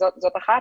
וזו דרך אחת.